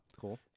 Cool